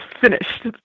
finished